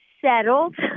settled